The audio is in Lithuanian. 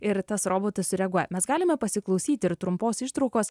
ir tas robotas sureaguoja mes galime pasiklausyti ir trumpos ištraukos